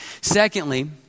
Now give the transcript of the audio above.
Secondly